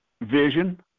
vision